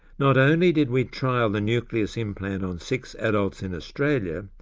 not only did we trial the nucleus implant on six adults in australia,